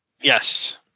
yes